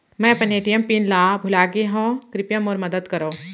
मै अपन ATM pin ला भूलागे हव, कृपया मोर मदद करव